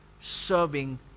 serving